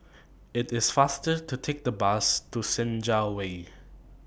IT IS faster to Take The Bus to Senja Way